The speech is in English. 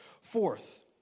Fourth